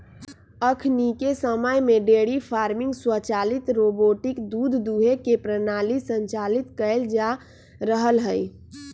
अखनिके समय में डेयरी फार्मिंग स्वचालित रोबोटिक दूध दूहे के प्रणाली संचालित कएल जा रहल हइ